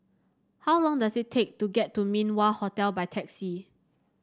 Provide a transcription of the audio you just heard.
how long does it take to get to Min Wah Hotel by taxi